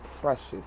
precious